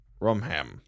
Rumham